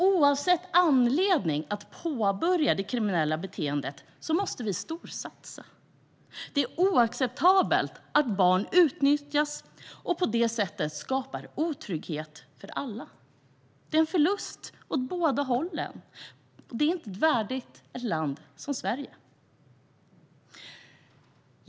Oavsett vad anledningen är till att någon påbörjar ett kriminellt beteende måste vi storsatsa, för det är oacceptabelt att barn utnyttjas och på det sättet skapar otrygghet för alla. Det är en förlust åt båda hållen, och det är inte värdigt ett land som Sverige.